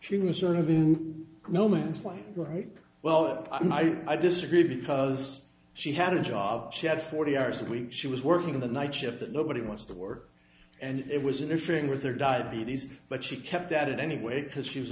she was sort of in no man's land right well and i think i disagree because she had a job she had forty hours a week she was working the nightshift that nobody wants to work and it was interfering with their diabetes but she kept at it anyway because she was